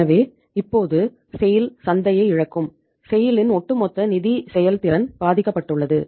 எனவே இப்போது செய்ல் லின் ஒட்டுமொத்த நிதி செயல்திறன் பாதிக்கப்பட்டுள்ளது